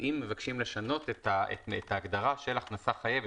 אם מבקשים לשנות את ההגדרה "הכנסה חייבת",